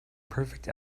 perfect